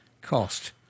cost